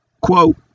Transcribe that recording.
quote